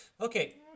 Okay